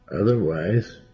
Otherwise